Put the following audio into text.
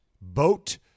Boat